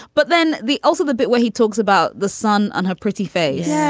but then the. also the bit where he talks about the sun on her pretty face. yeah